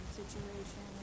situation